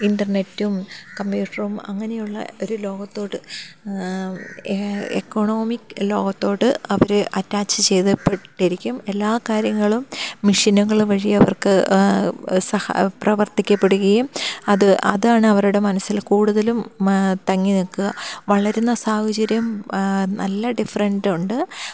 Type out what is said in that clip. ഇൻ്റർനെറ്റും കമ്പ്യൂട്ടറും അങ്ങനെയുള്ള ഒരു ലോകത്തോട് എക്കണോമിക് ലോകത്തോട് അവർ അറ്റാച്ച് ചെയ്യപ്പെട്ടിരിക്കും എല്ലാ കാര്യങ്ങളും മെഷീനുകൾ വഴി അവർക്ക് പ്രവർത്തിക്കപ്പെടുകയും അത് അതാണ് അവരുടെ മനസ്സിൽ കൂടുതലും തങ്ങി നിൽക്കുക വളരുന്ന സാഹചര്യം നല്ല ഡിഫറൻറ് ഉണ്ട്